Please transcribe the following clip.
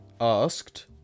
asked